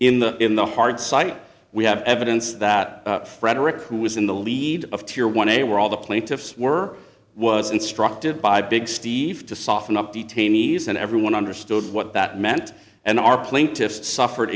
in the in the hard site we have evidence that frederick who was in the lead of tear one day were all the plaintiffs were was instructed by big steve to soften up detainees and everyone understood what that meant and our plaintiffs suffered